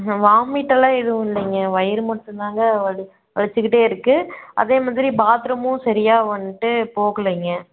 வாமிட்டெல்லாம் எதுவும் இல்லைங்க வயிறு மட்டும் தாங்க வலி வலிச்சுக்கிட்டே இருக்குது அதே மாதிரி பாத்ரூமும் சரியா வந்துட்டு போகலைங்க